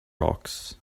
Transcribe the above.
rocks